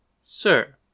Sir